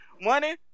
money